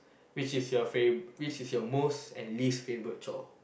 which is your favourite which is your most and least favourite chore